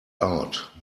out